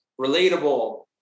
relatable